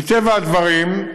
מטבע הדברים,